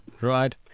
right